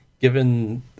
given